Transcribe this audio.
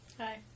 Hi